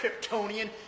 Kryptonian